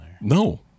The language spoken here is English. No